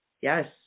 Yes